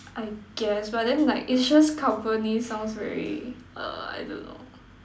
I guess but then like insurance company sounds very err I don't know